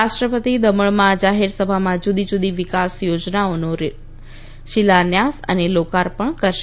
રાષ્ટ્રપતિ દમણમાં જાહેરસભામાં જુદી જુદી વિકાસ યોજનાઓનો શિલાન્યાસ અને લોકાર્પણ કરશે